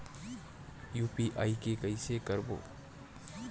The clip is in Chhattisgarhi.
यू.पी.आई के कइसे करबो?